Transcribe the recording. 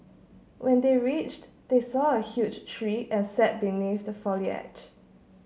when they reached they saw a huge tree and sat beneath the foliage